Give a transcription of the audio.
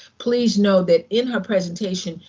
please know that in her presentation,